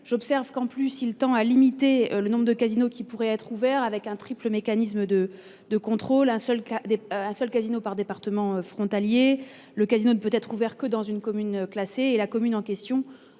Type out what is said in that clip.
J'observe qu'en plus il tend à limiter le nombre de casino qui pourraient être ouvert avec un triple mécanisme de de contrôle. Un seul cas des un seul casino par département frontalier. Le casino de peut être ouvert que dans une commune, classée et la commune en question